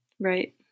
Right